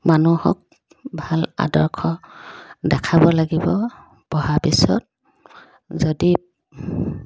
মানুহক ভাল আদৰ্শ দেখাব লাগিব পঢ়াৰ পিছত যদি